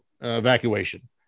evacuation